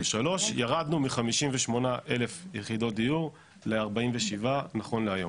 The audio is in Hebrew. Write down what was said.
ירדנו מ-58,000 יחידות דיור ל-47 נכון להיום.